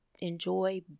enjoy